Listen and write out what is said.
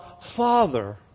Father